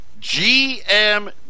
GM